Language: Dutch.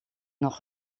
nog